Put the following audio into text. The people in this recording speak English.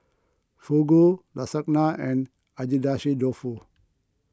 Fugu Lasagna and Agedashi Dofu